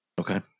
Okay